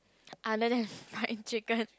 other than fried chicken